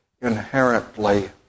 inherently